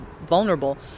vulnerable